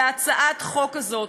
להצעת החוק הזאת.